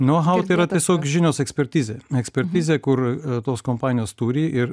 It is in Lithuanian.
nau hau tai yra tiesiog žinios ekspertizė ekspertizė kur tos kompanijos turi ir